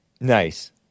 Nice